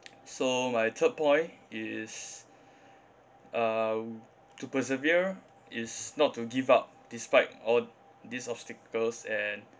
so my third point is uh to persevere is not to give up despite all these obstacles and